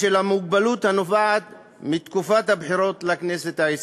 בשל המגבלות הנובעות מתקופת הבחירות לכנסת העשרים,